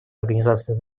организацией